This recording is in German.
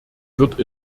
wird